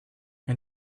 and